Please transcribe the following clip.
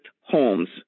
holmes